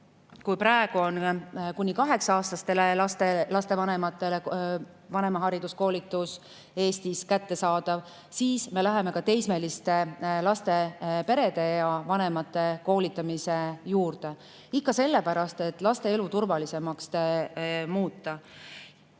kui praegu on kuni 8-aastaste laste vanematele vanemahariduskoolitus Eestis kättesaadav, siis me läheme ka teismeliste laste perede ja vanemate koolitamise juurde, ikka sellepärast, et laste elu turvalisemaks muuta. Ja